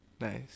Nice